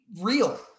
real